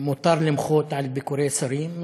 מותר למחות על ביקורי שרים,